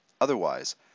Otherwise